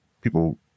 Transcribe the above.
people